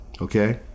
okay